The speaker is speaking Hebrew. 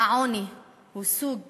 והעוני הוא סוג